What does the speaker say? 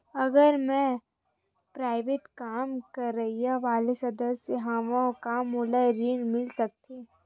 अगर मैं प्राइवेट काम करइया वाला सदस्य हावव का मोला ऋण मिल सकथे?